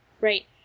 right